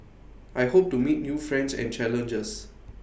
I hope to meet new friends and challenges